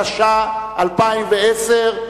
התש"ע 2010,